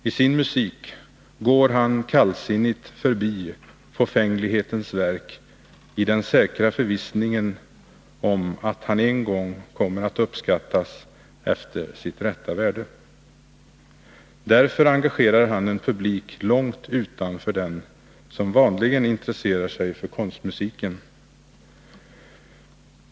I sin musik går han kallsinnigt förbi fåfänglighetens verk i den säkra förvissningen att man en gång kommer att uppskatta hans arbete efter sitt rätta värde. Därför engagerar han en publik långt utanför den som vanligen intresserar sig för konstmusiken.